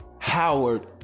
Howard